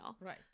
Right